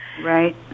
Right